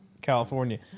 California